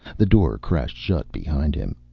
the door crashed shut behind him.